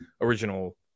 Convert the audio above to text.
original